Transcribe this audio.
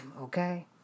okay